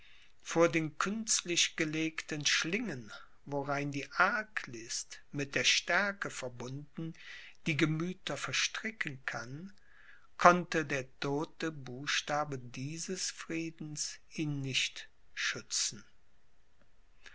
vor den künstlich gelegten schlingen worein die arglist mit der stärke verbunden die gemüther verstricken kann konnte der todte buchstabe dieses friedas ihn nicht schützen